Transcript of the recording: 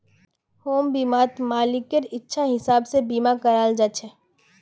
home बीमात मालिकेर इच्छार हिसाब से बीमा कराल जा छे